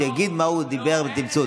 שיגיד מה הוא דיבר בתמצות.